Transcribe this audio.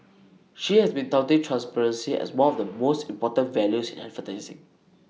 she has been touting transparency as one of the most important values in advertising